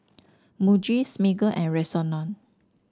Muji Smiggle and Rexona